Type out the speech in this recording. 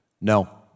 No